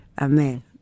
Amen